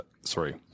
sorry